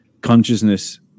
consciousness